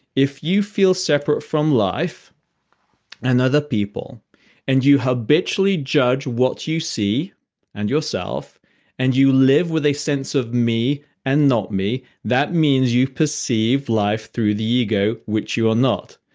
if you feel separate from life and other people and you habitually judge what you see and yourself and you live with a sense of me and not me, that means you perceive life through the ego, which you are not.